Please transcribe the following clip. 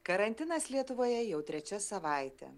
karantinas lietuvoje jau trečia savaitė